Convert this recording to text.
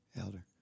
Elder